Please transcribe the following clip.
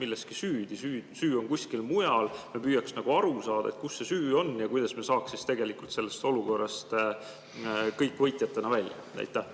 milleski süüdi. Süü on kuskil mujal. Püüaks nagu aru saada, kus see süü on ja kuidas me saaksime sellest olukorrast kõik võitjatena välja tulla.